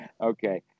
okay